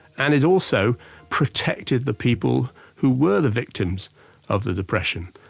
and it also protected the people who were the victims of the depression.